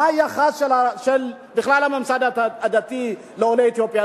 מה היחס של הממסד הדתי לעולי אתיופיה.